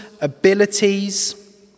abilities